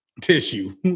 Tissue